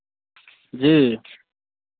जी